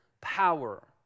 power